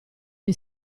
gli